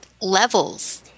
levels